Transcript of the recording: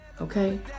Okay